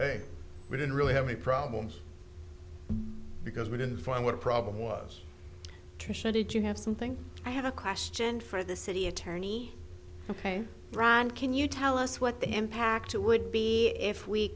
hey we don't really have any problems because we didn't find what a problem was trisha did you have something i have a question for the city attorney ron can you tell us what the impact it would be if we